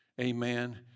amen